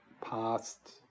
past